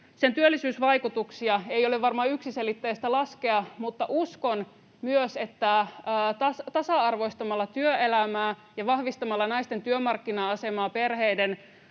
työllisyysvaikutuksia ei ole varmaan yksiselitteistä laskea. Mutta uskon myös, että tasa-arvoistamalla työelämää ja vahvistamalla naisten työmarkkina-asemaa perhevapaiden